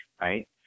right